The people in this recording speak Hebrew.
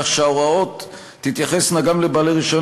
כך שההוראות תתייחסנה גם לבעלי רישיון